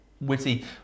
witty